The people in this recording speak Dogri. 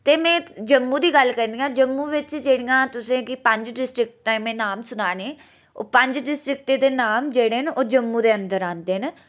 ते में जम्मू दी गल्ल करनी आं जम्मू बिच में तुसें गी पंज डिस्ट्रिक्टां दे में नाँऽ सुनाने ओह् पंज डिस्ट्रिक्टां दे नाँऽ जेह्ड़े जम्मू दे अदंर आंदे न